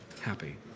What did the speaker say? happy